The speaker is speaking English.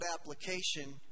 application